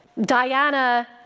Diana